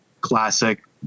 classic